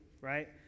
right